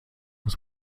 muss